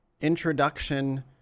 introduction